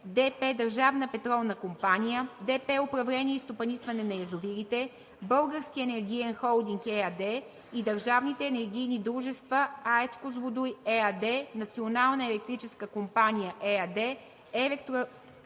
ДП „Държавна петролна компания“, ДП „Управление и стопанисване на язовирите“, „Български енергиен холиднг“ ЕАД и държавните енергийни дружества: „АЕЦ „Козлодуй“ ЕАД, „Национална електрическа компания“ ЕАД, „Електроенергиен